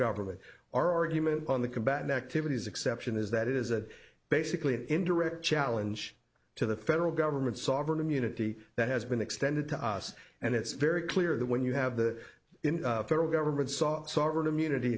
government our argument on the combat negativities exception is that it is a basically an indirect challenge to the federal government sovereign immunity that has been extended to us and it's very clear that when you have the federal government saw sovereign immunity